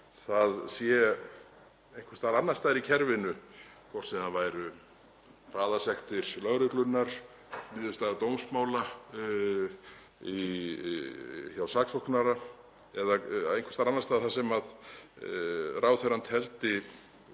það sé einhvers staðar annars staðar í kerfinu, hvort sem það væru hraðasektir lögreglunnar, niðurstaða dómsmála hjá saksóknara eða einhvers staðar annars staðar þar sem ráðherrann teldi